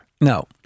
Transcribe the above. No